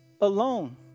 alone